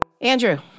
Andrew